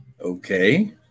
okay